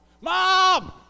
Mom